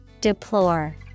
Deplore